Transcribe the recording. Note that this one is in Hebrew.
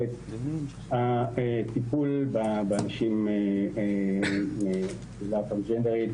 את הטיפול באנשים מהקהילה הטרנסג'נדרית.